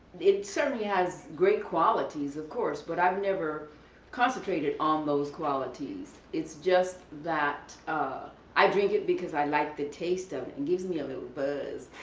it certainly has great qualities of course, but i've never concentrated on those qualities. it's just that i drink it because i like the taste of it. it gives me a little buzz.